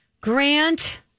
Grant